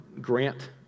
grant